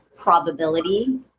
probability